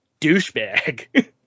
douchebag